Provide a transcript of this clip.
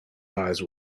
eyes